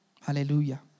Hallelujah